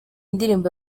ndirimbo